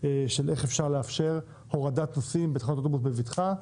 איך לאפשר הורדת נוסעים בתחנות אוטובוס בבטחה.